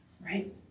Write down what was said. right